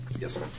Yes